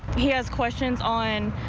he has questions on.